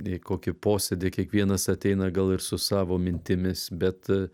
į kokį posėdį kiekvienas ateina gal ir su savo mintimis bet